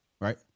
Right